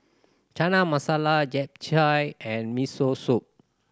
Chana Masala Japchae and Miso Soup